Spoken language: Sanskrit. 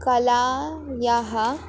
कलायाः